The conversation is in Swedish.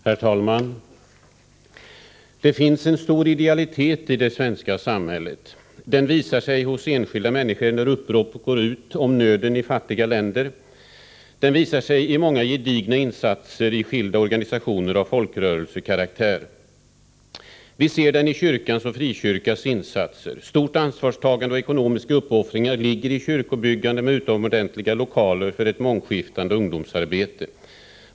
Herr talman! Det finns en stor idealitet i det svenska samhället. Den visar sig hos enskilda människor när upprop går ut om nöden i fattiga länder. Den visar sig i många gedigna insatser i skilda organisationer av folkrörelsekaraktär. Vi ser den i kyrkans och frikyrkornas insatser. Stort ansvarstagande och ekonomiska uppoffringar ligger i kyrkobyggande, med utomordentliga lokaler för ett mångskiftande ungdomsarbete.